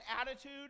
attitude